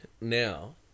now